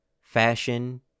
fashion